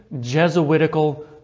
Jesuitical